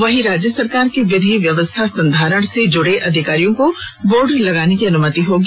वहीं राज्य सरकार के विधि व्यवस्था संधारण से जुड़े अधिकारियों को बोर्ड लगाने की अनुमति होगी